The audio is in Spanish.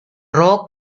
roo